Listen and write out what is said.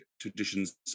traditions